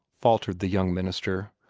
faltered the young minister.